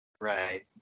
right